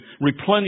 replenish